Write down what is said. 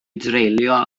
dreulio